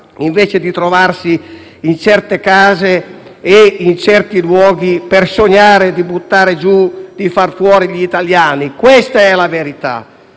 invece di trovarsi in certe case e in certi luoghi per sognare di buttare giù e di far fuori gli italiani. Questa è la verità.